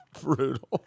brutal